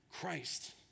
Christ